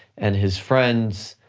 and his friends,